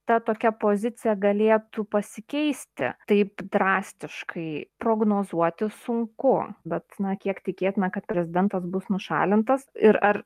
ta tokia pozicija galėtų pasikeisti taip drastiškai prognozuoti sunku bet na kiek tikėtina kad prezidentas bus nušalintas ir ar